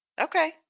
Okay